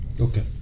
Okay